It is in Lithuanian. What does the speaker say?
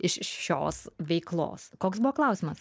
iš šios veiklos koks buvo klausimas